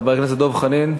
חבר הכנסת דב חנין,